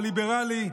הליברלי,